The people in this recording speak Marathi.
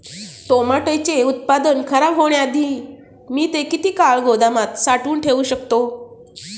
टोमॅटोचे उत्पादन खराब होण्याआधी मी ते किती काळ गोदामात साठवून ठेऊ शकतो?